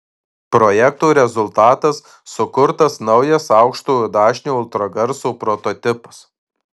projekto rezultatas sukurtas naujas aukštojo dažnio ultragarso prototipas